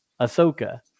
Ahsoka